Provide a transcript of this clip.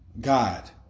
God